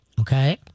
Okay